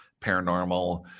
paranormal